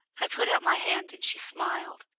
i put out my hand, and she smiled.